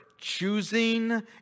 choosing